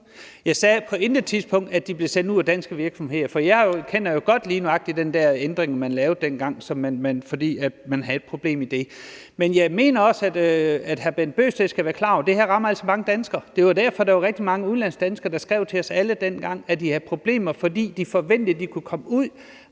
Jeg sagde på intet tidspunkt, at de blev sendt ud af danske virksomheder, for jeg kender jo godt lige nøjagtig den der ændring, man lavede dengang, fordi man havde et problem med det. Jeg mener, at hr. Bent Bøgsted skal være klar over, at det her altså rammer mange danskere. Det var jo derfor, der var rigtig mange udlandsdanskere, der skrev til os alle dengang, at de havde problemer, fordi de havde forventet, at de kunne komme ud,